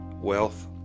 wealth